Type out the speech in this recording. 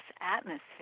atmosphere